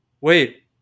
wait